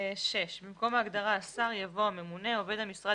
במקום ההגדרה "השר" יבוא: ""הממונה" - עובד המרד